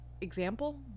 example